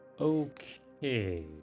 Okay